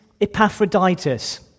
Epaphroditus